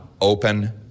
open